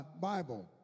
Bible